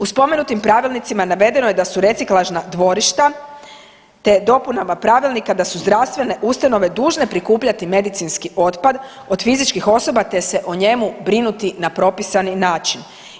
U spomenutim pravilnicima navedeno je da su reciklažna dvorišta, te dopunama pravilnika da su zdravstvene ustanove dužne prikupljati medicinski otpad od fizičkih osoba, te se o njemu brinuti na propisani način.